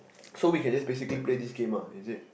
so we can just basically play this game ah is it